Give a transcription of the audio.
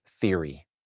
theory